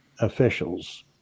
officials